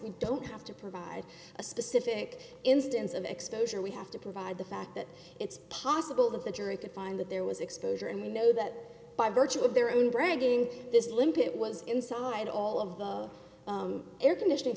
we don't have to provide a specific instance of exposure we have to provide the fact that it's possible that the jury could find that there was exposure and we know that by virtue of their own bragging this limp it was inside all of the air conditioning